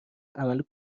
عمل